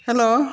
hello